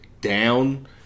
down